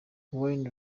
wayne